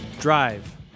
Drive